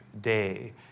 day